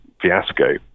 fiasco